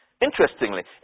interestingly